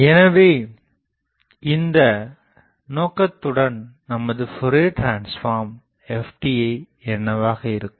எனவே இந்த நோக்கத்துடன் நமது ஃபோரியர் டிரான்ஸ்ஃபார்ம் ft என்னவாக இருக்கும்